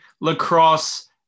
lacrosse